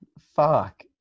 fuck